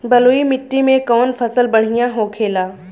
बलुई मिट्टी में कौन फसल बढ़ियां होखे ला?